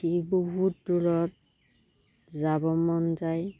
উঠি বহুত দূৰত যাব মন যায়